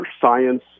science